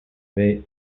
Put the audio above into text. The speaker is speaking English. they